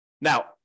Now